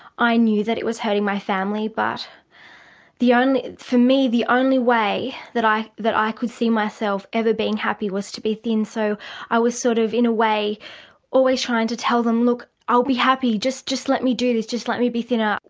i knew that it was hurting my family but and for me the only way that i that i could see myself ever being happy was to be thin, so i was sort of in a way always trying to tell them, look, i'll be happy, just just let me do this, just let me be thinner,